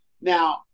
Now